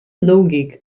logik